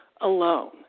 alone